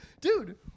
Dude